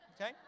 Okay